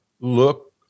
look